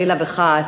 חלילה וחס,